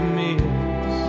miss